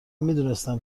میدونستم